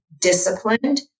disciplined